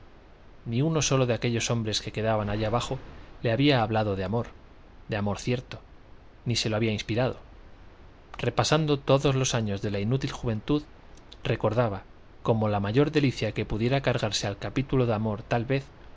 ni uno solo de aquellos hombres que quedaban allá abajo le había hablado de amor de amor cierto ni se lo había inspirado repasando todos los años de la inútil juventud recordaba como la mayor delicia que pudiera cargarse al capítulo de amor tal vez